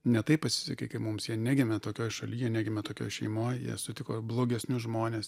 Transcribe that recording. ne taip pasisekė kaip mums jie negimė tokioj šaly jie negimė tokioj šeimoj jie sutiko blogesnius žmones